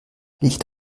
licht